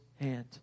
hand